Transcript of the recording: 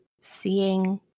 seeing